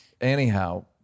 Anyhow